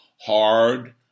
hard